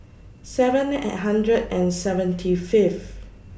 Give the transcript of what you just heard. seven and hundred and seventy Fifth